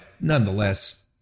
nonetheless